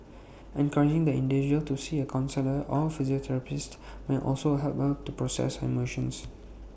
encouraging the individual to see A counsellor or may also help her to process her emotions